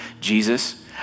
Jesus